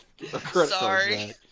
Sorry